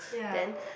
then